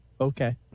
okay